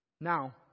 Now